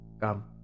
Come